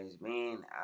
man